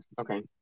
okay